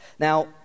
Now